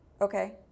okay